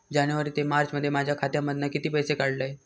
जानेवारी ते मार्चमध्ये माझ्या खात्यामधना किती पैसे काढलय?